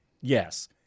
yes